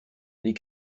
les